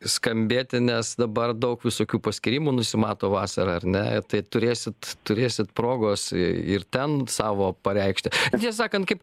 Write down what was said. skambėti nes dabar daug visokių paskyrimų nusimato vasarą ar ne tai turėsit turėsit progos ir ten savo pareikšti tiesa sakant kaip